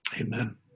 Amen